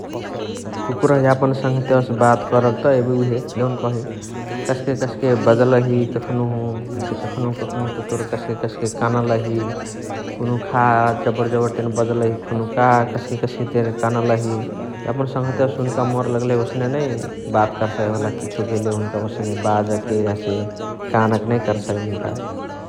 कुकुराह यापन सङ्हतियावसे बात करक त एबे उहे देउनकही कस्के कस्के बजलही कखनहु । हसे कखनहु कखनहु त तोर कस्के कस्के कनलही । कुनुहु खा जबण जबण तेने बजलही । कुनुहु खा कस्के कस्के तेने कनलही । यापन सङ्हतियसे हुन्का मोर लगलही ओसने नै बात कर्साइ होला किछो भेले हुनुका ओसने बाजके हसे कनअके नै कर्साइ हुनुका ।